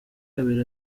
kabiri